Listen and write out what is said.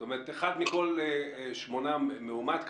זאת אומרת, 1 מכל 8 מאומת.